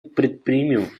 предпримем